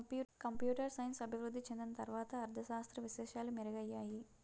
computer science అభివృద్ధి చెందిన తర్వాత అర్ధ శాస్త్ర విశేషాలు మెరుగయ్యాయి